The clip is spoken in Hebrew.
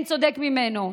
אין צודק ממנו.